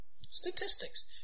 Statistics